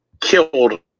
killed